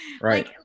Right